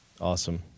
Awesome